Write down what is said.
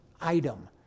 item